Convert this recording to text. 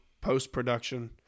post-production